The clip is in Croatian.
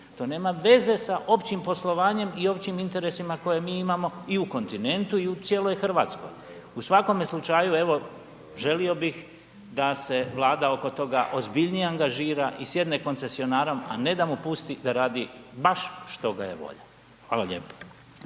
to nema veze sa općim poslovanjem i općim interesima koje mi imamo i u kontinentu i u cijeloj Hrvatskoj. U svakome slučaju evo želio bih da se Vlada oko toga ozbiljnije angažira i sjedne s koncesionarom a ne da mu pusti da radi baš što ga je volja. Hvala lijepo.